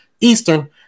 Eastern